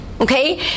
Okay